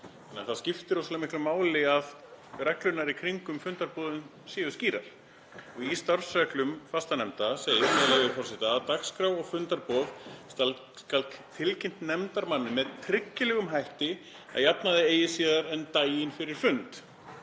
þannig að það skiptir rosalega miklu máli að reglurnar í kringum fundarboðun séu skýrar. Í starfsreglum fastanefnda segir, með leyfi forseta: „Dagskrá og fundarboð skal tilkynnt nefndarmanni með tryggilegum hætti að jafnaði eigi síðar en daginn fyrir fund.“